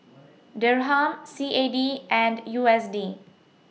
Dirham C A D and U S D